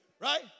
right